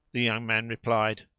the young man replied,